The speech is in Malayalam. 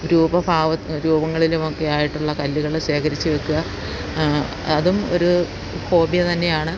രൂപഭാവ രൂപങ്ങളിലും ഒക്കെ ആയിട്ടുള്ള കല്ലുകൾ ശേഖരിച്ച് വെക്കുക അതും ഒരു ഹോബി തന്നെയാണ്